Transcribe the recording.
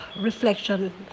reflection